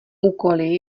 úkoly